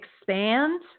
expand